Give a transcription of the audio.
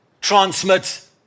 transmits